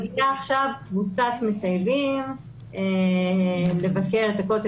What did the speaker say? מגיעה עכשיו קבוצת מטיילים לבקר את הכותל,